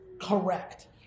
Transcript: correct